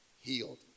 healed